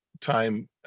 time